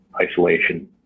isolation